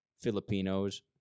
Filipinos